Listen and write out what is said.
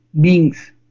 beings